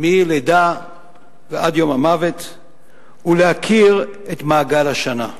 מלידה ועד יום המוות ולהכיר את מעגל השנה.